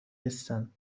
نیستند